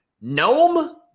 Gnome